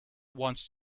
wants